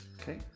okay